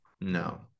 no